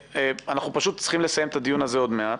אנחנו פשוט צריכים לסיים את הדיון הזה עוד מעט.